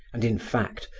and, in fact,